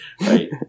Right